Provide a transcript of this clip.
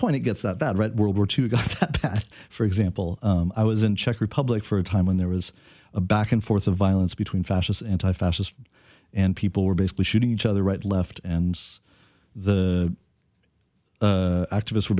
point it gets that bad right world war two you got that for example i was in czech republic for a time when there was a back and forth of violence between fascists anti fascist and people were basically shooting each other right left and the activists were